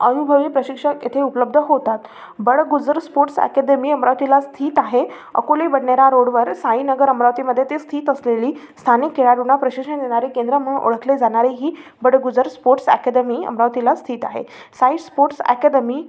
अनुभवी प्रशिक्षक येथे उपलब्ध होतात बडगुजर स्पोर्ट्स अकॅदमी अमरावतीला स्थित आहे अकोले बडणेरा रोडवर साईनगर अमरावतीमध्ये ते स्थित असलेली स्थानिक खेळाडूना प्रशिक्षण देणारी केंद्र म्हणून ओळखले जाणारी ही बडगुजर स्पोर्ट्स अकॅदमी अमरावतीला स्थित आहे साई स्पोर्ट्स अकॅदमी